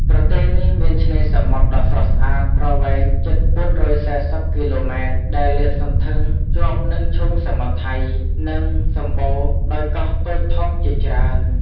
ប្រទេសនេះមានឆ្នេរសមុទ្រដ៏ស្រស់ស្អាតប្រវែងជិត ៤៤០ គីឡូម៉ែត្រ ដែលលាតសន្ធឹងជាប់នឹងឈូងសមុទ្រថៃ និងសម្បូរដោយកោះតូចធំជាច្រើន។